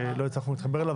שלא הצלחנו להתחבר אליו.